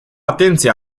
atenție